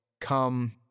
come